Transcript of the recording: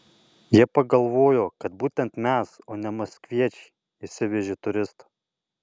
jie pagalvojo kad būtent mes o ne maskviečiai išsivežė turistą